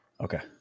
Okay